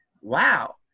wow